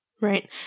Right